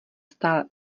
stále